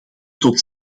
tot